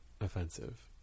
offensive